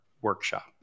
workshop